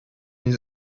his